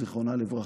זיכרונה לברכה,